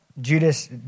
Judas